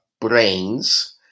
brains